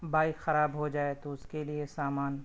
bike خراب ہوجائے تو اس کے لیے سامان